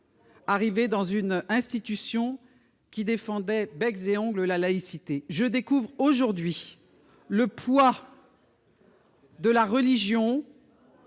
arrivé dans une institution qui défendait, bec et ongles la laïcité je découvre aujourd'hui le pouvoir. De la religion